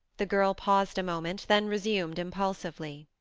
the girl paused a moment, then resumed impulsively.